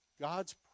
God's